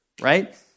right